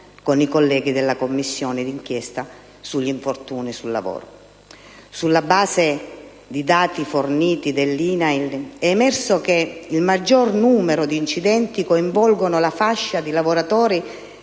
con i colleghi della Commissione d'inchiesta sugli infortuni sul lavoro. Sulla base di dati forniti dall'INAIL, è emerso che il maggior numero di incidenti coinvolgono la fascia di lavoratori